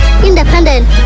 independent